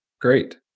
Great